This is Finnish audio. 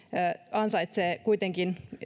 ansaitsee kuitenkin